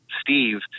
Steve